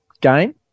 game